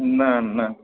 না না